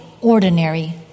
ordinary